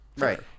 right